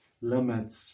limits